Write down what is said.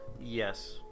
yes